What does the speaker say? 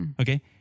Okay